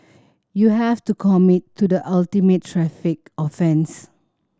you have to committed to the ultimate traffic offence